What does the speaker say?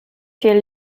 viel